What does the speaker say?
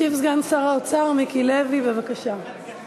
ישיב סגן שר האוצר מיקי לוי, בבקשה.